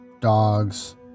dogs